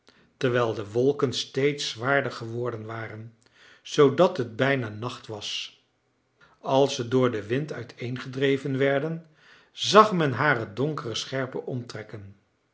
terwijl de wolken steeds zwaarder geworden waren zoodat het bijna nacht was als ze door den wind uiteengedreven werden zag men hare donkere scherpe omtrekken